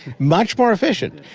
much more efficient.